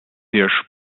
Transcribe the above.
sehr